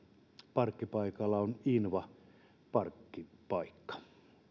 parkkipaikalla on invaparkkipaikka